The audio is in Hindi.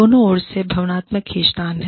दोनों ओर से भावनात्मक खींचतान